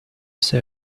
say